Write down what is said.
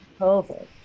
COVID